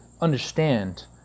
understand